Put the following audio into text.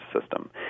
system